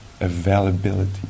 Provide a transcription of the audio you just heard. availability